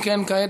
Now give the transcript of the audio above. אם כן,